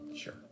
Sure